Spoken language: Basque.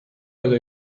edo